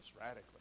radically